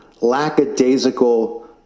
lackadaisical